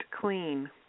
clean